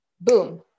Boom